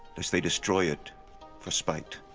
lest they destroy it for spite.